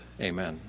Amen